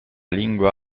lingua